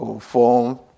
form